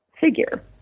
figure